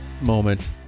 moment